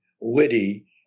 witty